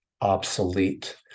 obsolete